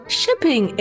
shipping